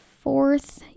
Fourth